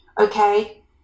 Okay